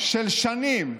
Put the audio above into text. של שנים?